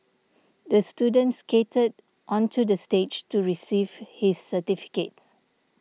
the student skated onto the stage to receive his certificate